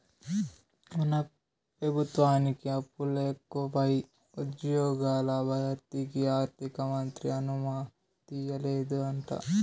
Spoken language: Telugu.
మన పెబుత్వానికి అప్పులెకువై ఉజ్జ్యోగాల భర్తీకి ఆర్థికమంత్రి అనుమతియ్యలేదంట